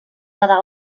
quedar